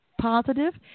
positive